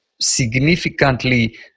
significantly